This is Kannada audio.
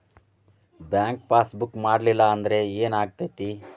ಬ್ಯಾಂಕ್ ಪಾಸ್ ಬುಕ್ ಮಾಡಲಿಲ್ಲ ಅಂದ್ರೆ ಏನ್ ಆಗ್ತೈತಿ?